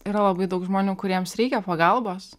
yra labai daug žmonių kuriems reikia pagalbos